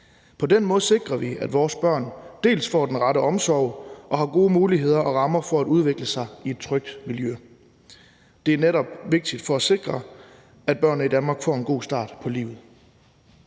På den måde sikrer vi, at vores børn dels får den rette omsorg, dels har gode muligheder og rammer for at udvikle sig i et trygt miljø. Det er netop vigtigt for at sikre, at børnene i Danmark får en god start på livet.